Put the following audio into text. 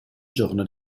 giorno